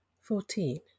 fourteen